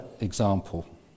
example